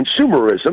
consumerism